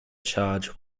charge